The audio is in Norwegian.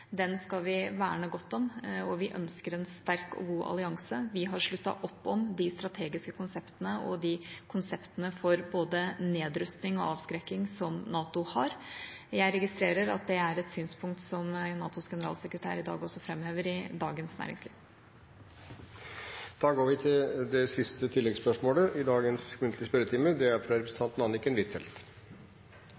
Den skal vi verne godt om, og vi ønsker en sterk og god allianse. Vi har sluttet opp om de strategiske konseptene og konseptene for både nedrusting og avskrekking som NATO har. Jeg registrerer at det er et synspunkt som NATOs generalsekretær i dag også framhever i Dagens Næringsliv. Vi går videre til siste hovedspørsmål. Mitt spørsmål går til forsvarsministeren. Norge er